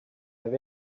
have